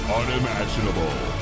unimaginable